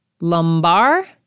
lumbar